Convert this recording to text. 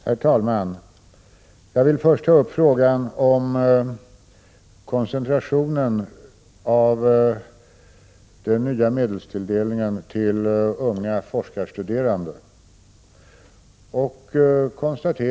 Herr talman! Jag vill först ta upp frågan om koncentrationen av den nya medelstilldelningen till unga forskarstuderande.